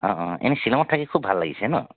অ অ এনে শ্বিলঙত থাকি খুব ভাল লাগিছে ন'